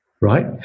right